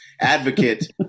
advocate